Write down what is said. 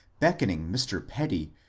beckoning mr. petty,